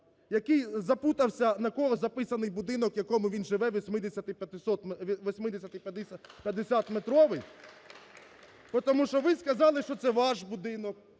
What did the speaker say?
який запутався на кого записаний будинок, в якому він живе, 850-метровий. Тому що ви сказали, що це ваш будинок.